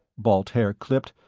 balt haer clipped.